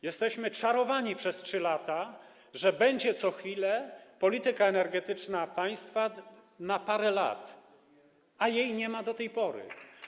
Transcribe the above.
Jesteśmy czarowani przez 3 lata, co chwilę, że będzie polityka energetyczna państwa na parę lat, a jej nie ma do tej pory.